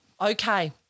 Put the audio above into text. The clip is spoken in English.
Okay